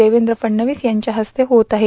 देवेंद्र फडणवीस यांच्या हस्ते होत आहे